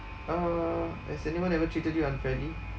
uh has anyone ever treated you unfairly